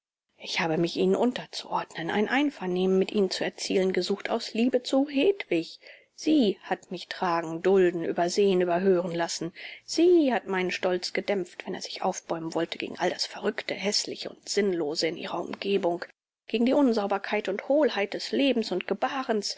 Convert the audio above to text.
ich habe mich ihnen unterzuordnen ein einvernehmen mit ihnen zu erzielen gesucht aus liebe zu hedwig sie hat mich tragen dulden übersehen überhören lassen sie hat meinen stolz gedämpft wenn er sich aufbäumen wollte gegen all das verrückte häßliche und sinnlose in ihrer umgebung gegen die unsauberkeit und hohlheit des lebens und gebarens